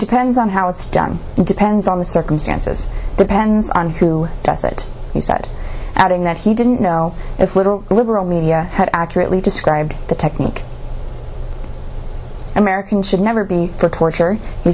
depends on how it's done it depends on the circumstances depends on who does it he said adding that he didn't know as little liberal media had accurately described the technique american should never be for torture he